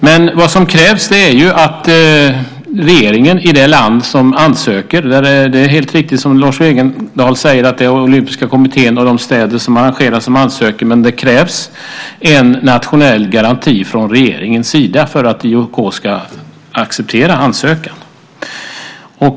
Det är helt riktigt som Lars Wegendal säger att det är Olympiska kommittén och de städer som arrangerar som ansöker, men det krävs en nationell garanti från regeringens sida för att IOK ska acceptera ansökan.